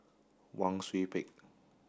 Wang Sui Pick